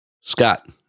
Scott